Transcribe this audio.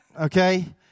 Okay